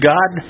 God